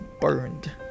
burned